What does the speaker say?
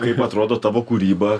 kaip atrodo tavo kūryba